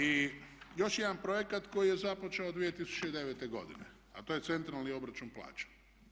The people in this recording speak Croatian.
I još jedna projekat koji je započeo 2009.godine a to je centralni obračun plaća.